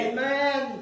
Amen